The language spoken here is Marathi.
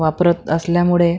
वापरत असल्यामुळे